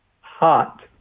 hot